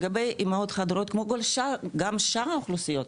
לגבי אימהות חד הוריות, כמו שאר האוכלוסיות,